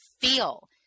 feel